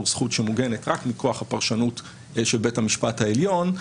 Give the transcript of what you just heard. הוא זכות שמוגנת רק מכוח הפרשנות של בית המשפט העליון.